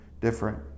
different